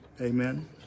amen